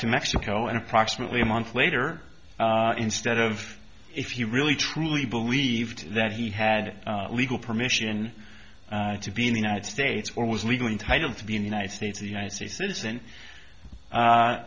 to mexico and approximately a month later instead of if you really truly believed that he had legal permission to be in the united states or was legally entitled to be in the united states the united states citizen